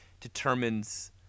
determines